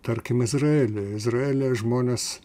tarkim izraeliui izraelyje žmonės